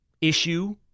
issue